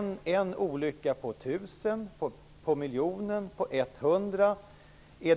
Handlar det om en olycka på tusen, på miljonen eller på hundra?